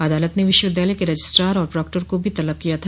अदालत ने विश्वविद्यालय के रजिस्ट्रार और प्राक्टर को भी तलब किया था